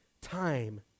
time